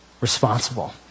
responsible